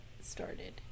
started